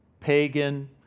pagan